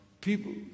people